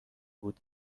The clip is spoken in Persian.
بود